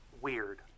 weird